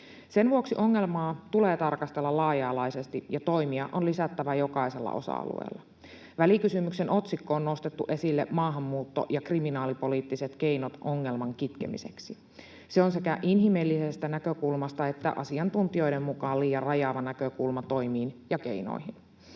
Sen vuoksi ongelmaa tulee tarkastella laaja-alaisesti ja toimia on lisättävä jokaisella osa-alueella. Välikysymyksen otsikkoon on nostettu esille maahanmuutto- ja kriminaalipoliittiset keinot ongelman kitkemiseksi. Se on sekä inhimillisestä näkökulmasta että asiantuntijoiden mukaan liian rajaava näkökulma toimiin ja keinoihin.